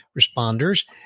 responders